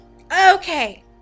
Okay